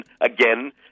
again